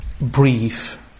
brief